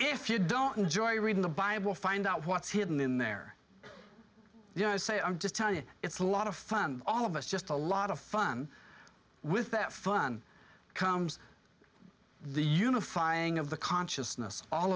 if you don't enjoy reading the bible find out what's hidden in there say i'm just tell you it's a lot of fun all of us just a lot of fun with that fun comes the unifying of the consciousness all